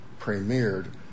premiered